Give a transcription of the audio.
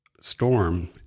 storm